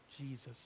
Jesus